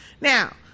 Now